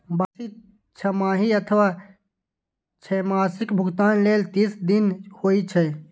वार्षिक, छमाही अथवा त्रैमासिक भुगतान लेल तीस दिन होइ छै